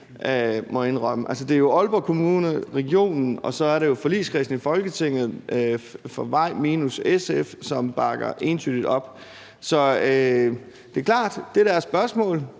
Det er jo Aalborg Kommune og regionen og så forligskredsen om veje i Folketinget minus SF, som bakker entydigt op. Så det er klart, at det der spørgsmål